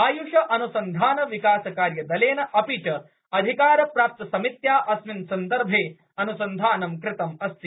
आय्ष अन्संधान विकास कार्यदलेन अपि च अधिकार प्राप्त समित्या अस्मिन् सन्दर्भे अनुसन्धानं कृतम् अस्ति